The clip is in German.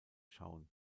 schauen